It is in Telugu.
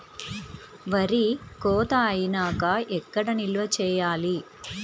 వరి కోత అయినాక ఎక్కడ నిల్వ చేయాలి?